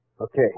Okay